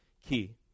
key